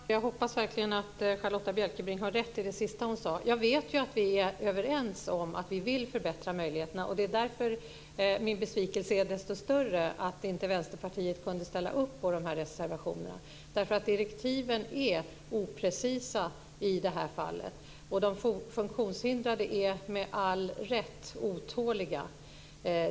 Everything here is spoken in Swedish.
Herr talman! Jag hoppas verkligen att Charlotta Bjälkebring har rätt i det sista hon sade. Jag vet ju att vi är överens om att vi vill förbättra möjligheterna. Det är därför min besvikelse är desto större över att Vänsterpartiet inte kunde ställa upp på reservationerna. Direktiven är oprecisa i det här fallet, och de funktionshindrade är med all rätt otåliga.